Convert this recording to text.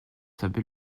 savait